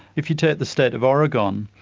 if you take the state of oregon,